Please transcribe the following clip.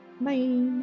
Bye